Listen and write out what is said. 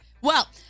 Well-